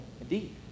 indeed